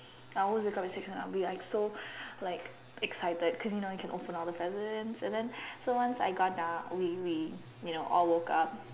I always wake up at six and I will be like so like excited cause you know can open all the presents and then so once I got up we we all woke up